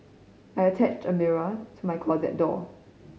I attached a mirror to my closet door